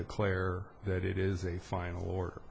declare that it is a final or